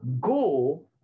go